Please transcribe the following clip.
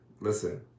listen